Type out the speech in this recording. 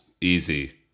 Easy